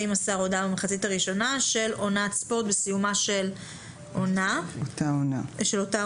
ואם מסר הודעה במחצית הראשונה של עונת ספורט בסיומה של אותה עונה.